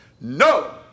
no